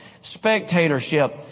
spectatorship